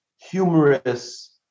humorous